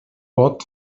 pot